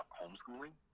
homeschooling